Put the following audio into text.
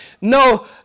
no